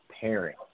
pairing